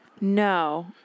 No